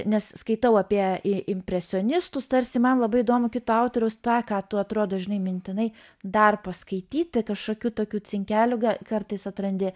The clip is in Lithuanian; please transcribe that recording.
nes skaitau apie impresionistus tarsi man labai įdomu kito autoriaus tą ką tu atrodo žinai mintinai dar paskaityti kažkokių tokių cinkelių kartais atrandi